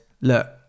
look